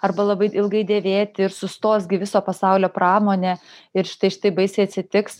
arba labai ilgai dėvėti ir sustos gi viso pasaulio pramonė ir štai šitaip baisiai atsitiks